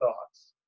thoughts